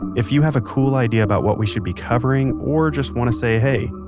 if you have a cool idea about what we should be covering or just want to say hey,